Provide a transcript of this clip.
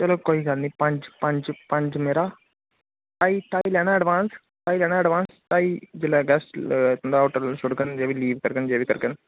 चलो कोई गल्ल नेई पंज पंज पंज मेरा ढाई ढाई लैना एडवांस ढाई लैना एडवांस ढाई लैगा तुंदा होटल छड़ङन जे बी लीव करङन जो बी करङन